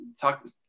talk